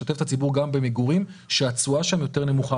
לשתף את הציבור גם במגורים שהתשואה שם יותר נמוכה.